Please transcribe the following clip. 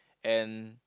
and